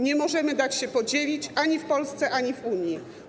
Nie możemy dać się podzielić ani w Polsce, ani w Unii.